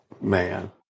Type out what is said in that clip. man